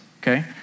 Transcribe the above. okay